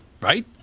Right